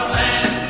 land